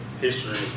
history